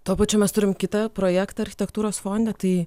tuo pačiu mes turim kitą projektą architektūros fonde tai